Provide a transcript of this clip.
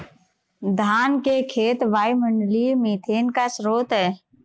धान के खेत वायुमंडलीय मीथेन का स्रोत हैं